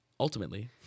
Ultimately